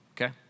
Okay